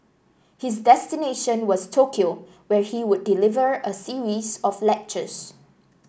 his destination was Tokyo where he would deliver a series of lectures